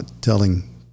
telling